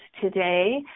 today